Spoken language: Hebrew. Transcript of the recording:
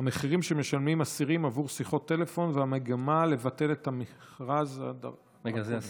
המחירים שמשלמים אסירים עבור שיחות טלפון והמגמה לבטל את המכרז הדרקוני.